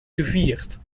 gevierd